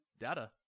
Data